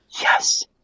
yes